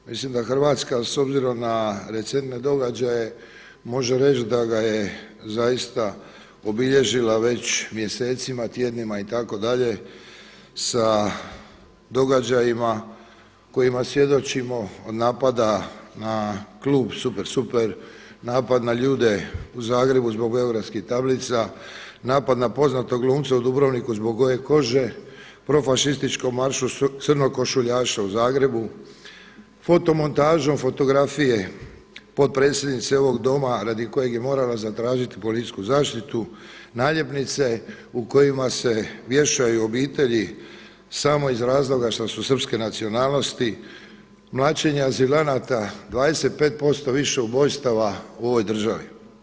Mislim da Hrvatska s obzirom na recentne događaje može reći da ga je zaista obilježila već mjesecima, tjednima itd. sa događajima kojima svjedočimo od napada na klub „Super super“, napad na ljude u Zagrebu zbog beogradskih tablica, napad na poznatog glumca u Dubrovniku zbog boje kože, profaštističkom maršu crnokošuljaša u Zagrebu, foto montažom fotografije potpredsjednice ovog Doma radi kojeg je morala zatražiti policijsku zaštitu, naljepnice u kojima se vješaju obitelji samo iz razloga što su srpske nacionalnosti, mlaćenja azilanata, 25% više ubojstava u ovoj državi.